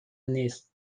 نیست